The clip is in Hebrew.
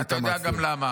אתה גם יודע למה.